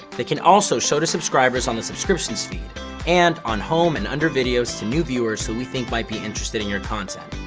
they can also show to subscribers on the subscriptions feed and on home and under videos to new viewers who we think might be interested in your content.